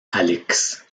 alix